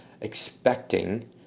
expecting